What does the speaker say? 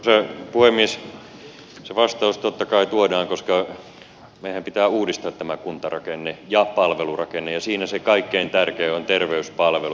se vastaus totta kai tuodaan koska meidänhän pitää uudistaa kuntarakenne ja palvelurakenne ja siinä se kaikkein tärkein on terveyspalvelut